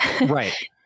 Right